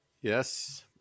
yes